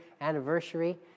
anniversary